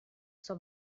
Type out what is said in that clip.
suo